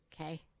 okay